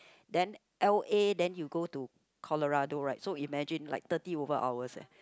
then L_A then you go to Colorado right so imagine like thirty over hours leh